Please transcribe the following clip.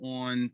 on